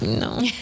no